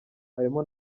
harimo